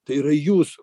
tai yra jūsų